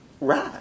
right